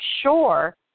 sure